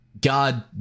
God